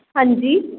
ਹਾਂਜੀ